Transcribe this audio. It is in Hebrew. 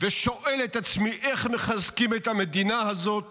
ושואל את עצמי איך מחזקים את המדינה הזאת